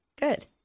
Good